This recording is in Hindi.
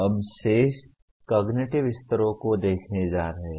हम शेष कॉगनिटिव स्तरों को देखने जा रहे हैं